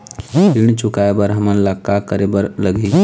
ऋण चुकाए बर हमन ला का करे बर लगही?